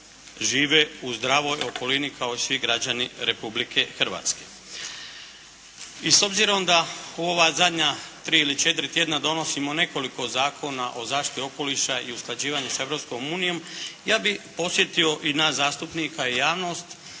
žive u zdravoj okolini kao i svi građani Republike Hrvatske. I s obzirom da u ova zadnja 3 ili 4 tjedna donosimo nekoliko zakona o zaštiti okoliša i usklađivanju s Europskom unijom ja bih podsjetio i nas zastupnike i javnost